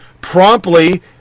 promptly